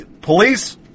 police